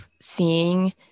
seeing